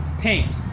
paint